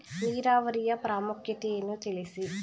ನೀರಾವರಿಯ ಪ್ರಾಮುಖ್ಯತೆ ಯನ್ನು ತಿಳಿಸಿ?